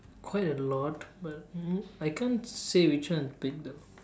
quite a lot but mm I can't say which one is big though